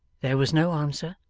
there was no answer,